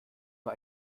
nur